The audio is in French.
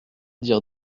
dire